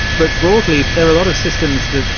but broadly there are a lot of systems that,